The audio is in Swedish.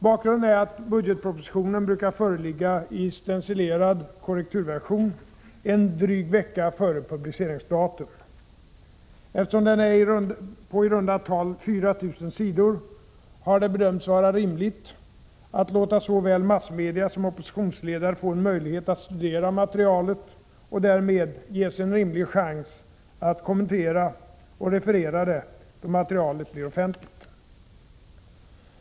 Bakgrunden är att budgetpropositionen brukar föreligga i stencilerad korrekturversion en dryg vecka före publiceringsdatum. Eftersom den är på i runda tal 4 000 sidor har det bedömts vara rimligt att låta såväl massmedia som oppositionsledare få en möjlighet att studera materialet och därmed ges en rimlig chans att kommentera och referera det då materialet blir offentligt.